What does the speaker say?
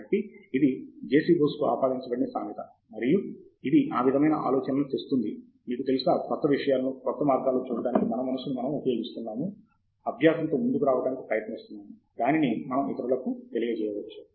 కాబట్టి ఇది జెసి బోస్కు ఆపాదించబడిన సామెత మరియు ఇది ఈ విధమైన ఆలోచలను తెస్తుంది మీకు తెలుసా క్రొత్త విషయాలను క్రొత్త మార్గాల్లో చూడటానికి మన మనస్సును మనము ఉపయోగిస్తున్నాము అభ్యాసంతో ముందుకు రావడానికి ప్రయత్నిస్తున్నాము దానిని మనం ఇతరులకు తెలియజేయవచ్చు